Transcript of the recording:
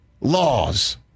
laws